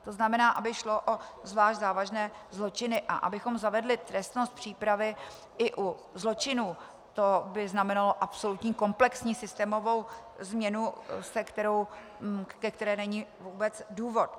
To znamená, aby šlo o zvlášť závažné zločiny a abychom zavedli trestnost přípravy i u zločinů, to by znamenalo absolutní komplexní systémovou změnu, ke které není vůbec důvod.